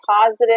positive